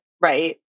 right